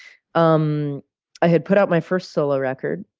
um i had put out my first solo record,